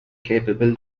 capable